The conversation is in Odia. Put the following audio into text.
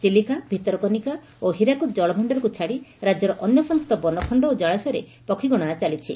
ଚିଲିକା ଭିତରକନିକା ଓ ହୀରାକୁଦ ଜଳଭଣାରକୁ ଛାଡି ରାକ୍ୟର ଅନ୍ୟ ସମସ୍ତ ବନଖଣ ଓ ଜଳାଶୟରେ ପକ୍ଷୀ ଗଣନା ଚାଲିଛି